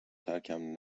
ترکم